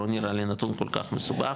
לא נראה לי נתון כל כך מסובך,